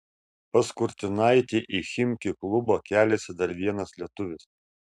pas kurtinaitį į chimki klubą keliasi dar vienas lietuvis